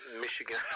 Michigan